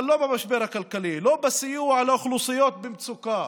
אבל לא במשבר הכלכלי, לא בסיוע לאוכלוסיות במצוקה.